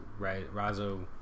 Razo